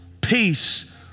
Peace